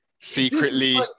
Secretly